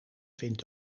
vindt